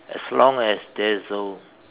as long as there is a